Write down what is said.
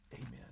Amen